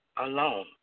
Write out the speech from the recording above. alone